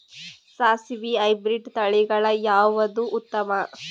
ಸಾಸಿವಿ ಹೈಬ್ರಿಡ್ ತಳಿಗಳ ಯಾವದು ಉತ್ತಮ?